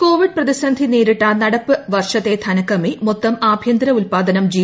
Covid പ്രതിസന്ധി നേരിട്ട നടപ്പ് വർഷത്തെ ധനകമ്മി മൊത്തം ആഭ്യന്തര ഉല്പാദനം ജി